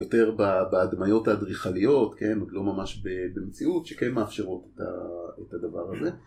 יותר בהדמיות האדריכליות, עוד לא ממש במציאות, שכן מאפשרות את הדבר הזה.